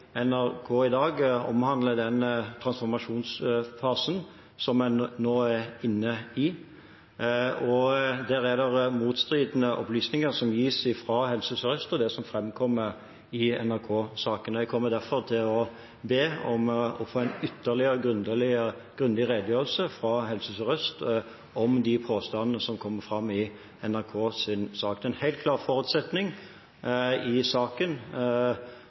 og der er det motstridende opplysninger som gis fra Helse Sør-Øst, og i det som framkom i NRK-saken. Jeg kommer derfor til å be om å få en ytterligere grundig redegjørelse fra Helse Sør-Øst om de påstandene som kom fram i NRKs sak. Det er en helt klar forutsetning i saken